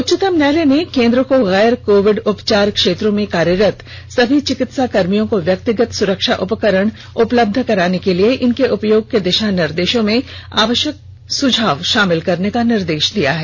उच्चतम न्यायालय ने केन्द्र को गैर कोविड उपचार क्षेत्रों में कार्यरत सभी चिकित्सा कर्मियों को व्यक्तिगत सुरक्षा उपकरण उपलब्ध कराने के लिए इनके उपयोग के दिशा निर्देशों में आवश्यक सुझाव शामिल करने का निर्देश दिया है